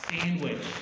sandwich